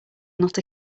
not